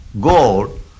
gold